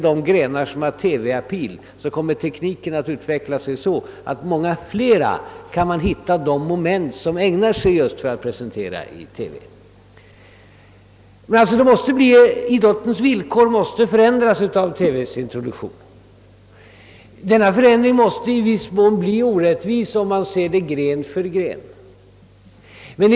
Jag tror dock att tekniken kommer att utvecklas så att man för många fler idrottsgrenar kan hitta de moment som ägnar sig just för television. Idrottens villkor måste alltid förändras av TV:s introduktion och denna förändring måste i viss mån bli orättvis, om man ser det gren för gren.